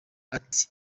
ati